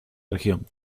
región